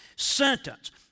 Sentence